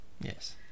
Yes